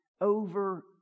over